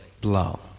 Blow